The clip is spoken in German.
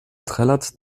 trällert